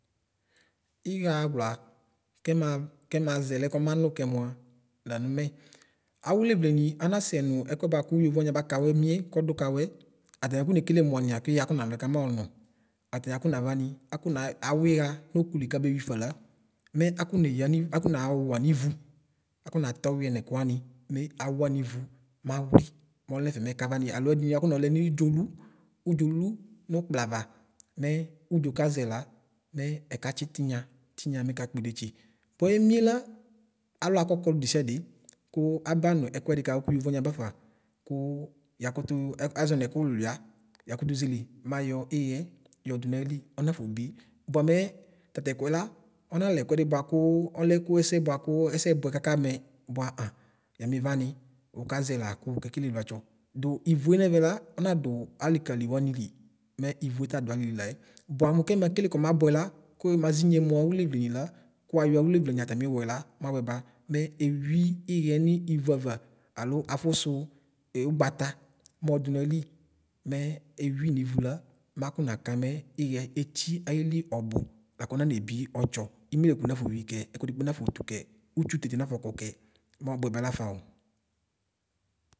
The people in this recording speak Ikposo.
Lɣa awla kɛma kɛlazɛlɛ kɔmanu kɛ mua lamumɛ. Awulevleni anasɛ nu ɛkuani buaku yovoani abakawu emie kodu kawue atamofone kele muani la keɣa afo nale kama onu? atami afona vani, akona, awuya nokuli kabeyuifa la me akomeyo akonao wa nivu akona toyoe nekuani me awa nivu, mawli molefe mekavani alo edini akonoole midzolu, udzolu, nukplava, me udzo kaze la, me ekatsi tinya me eka kpidetsi. Buaemiela, alɔakɔ kɔludesiade tuu abanu ekuedi kawu ku yovoani abafa ku yakutu a aʒɔɛ nɛkululuia, yakutu ʒele, mayɔ eɣe yɔdu naili ɔnafobi; buamɛ tatɛkuɛ la, ɔnalɛkuɛdi buakuu olɛkuesɛ buaku ɛsɛbuɛ kakaame bua, aŋ yamiwani ukazela kuukekele vlatsɔ; du ivue neme la onadu alikani wani li, mɛ ivue tadu ali laǝ. Buanu kemekele kɔmabue la, kuemazinye mawulevleni la, kuwvayɔ awilevleni atamiwuɛla, mabuɛba mɛ eyui iɣɛ ni ivuava alo aƒusu e ugbata mɔdu naili mɛ eyui nivu la makɔna ka mɛ iɣɛ etsi aili ɔbɔ lakɔnanebi ɔtsɔ imeleku nafoyui kɛ, ɛkuɛdi kpe nafotu kɛ, utsuteke nafɔfɔkɛ mɔbuɛbɛ lafao.